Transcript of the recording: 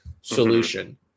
solution